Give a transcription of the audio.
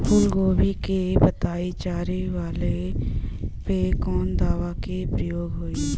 फूलगोभी के पतई चारे वाला पे कवन दवा के प्रयोग होई?